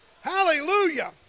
Hallelujah